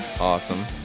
awesome